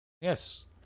yes